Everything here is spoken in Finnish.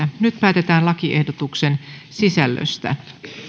nyt päätetään lakiehdotuksen sisällöstä